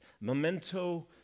Memento